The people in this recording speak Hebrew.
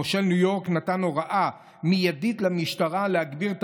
מושל ניו יורק נתן הוראה מיידית למשטרה להגביר את